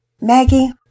Maggie